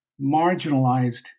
marginalized